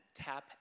tap